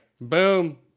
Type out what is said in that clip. Boom